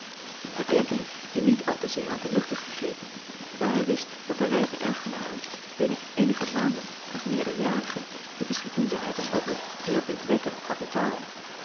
eene verdenking die niet al te zeer uit de lucht is gegrepen daar hij wist dat de rijke erfgename binnen eenige maanden als meerderjarige de beschikking zou hebben over een eerbiedwekkend kapitaal